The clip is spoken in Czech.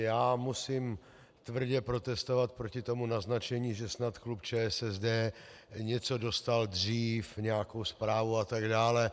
Já musím tvrdě protestovat proti tomu naznačení, že snad klub ČSSD něco dostal dřív, nějakou zprávu atd.